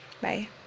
Bye